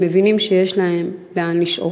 הם מבינים שיש להם לאן לשאוף.